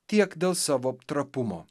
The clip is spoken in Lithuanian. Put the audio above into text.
tiek dėl savo trapumo